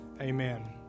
Amen